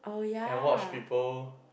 and watch people